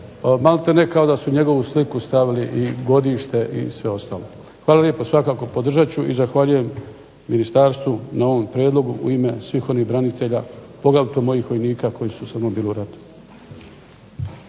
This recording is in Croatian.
maltene kao da su njegovu sliku stavili i godište i sve ostalo. Hvala lijepo. Svakako podržat ću i zahvaljujem ministarstvu na ovom prijedlogu u ime svih onih branitelja poglavito mojih vojnika koji su sa mnom bili u ratu.